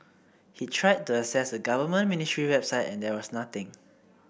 he'd tried to access a government ministry website and there was nothing